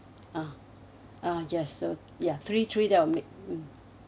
ah ah yes so ya three three that will make mm